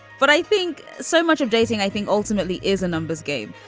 but i think so much of dating i think ultimately is a numbers game.